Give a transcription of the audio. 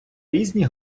різні